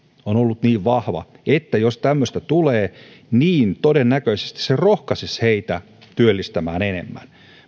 on ollut niin vahva että jos tämmöistä tulee niin todennäköisesti se rohkaisisi heitä työllistämään enemmän